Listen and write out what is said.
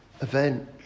event